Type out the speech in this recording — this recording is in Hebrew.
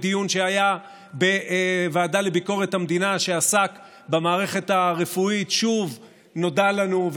בדיון שהיה בוועדה לביקורת המדינה שעסק במערכת הרפואית שוב נודע לנו,